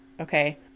Okay